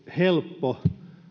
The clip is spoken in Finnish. helppo